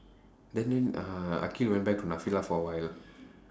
then then uh akhil went back to for a while